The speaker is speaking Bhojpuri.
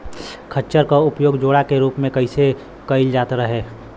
खच्चर क उपयोग जोड़ा के रूप में कैईल जात रहे